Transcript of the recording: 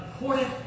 important